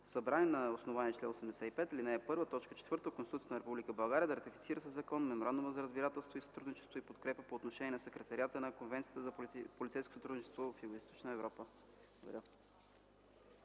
събрание на основание чл. 85, ал. 1, т. 4 от Конституцията на Република България да ратифицира със закон Меморандума за разбирателство за сътрудничество и подкрепа по отношение на Секретариата на Конвенцията за полицейско сътрудничество в Югоизточна Европа.” Благодаря.